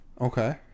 Okay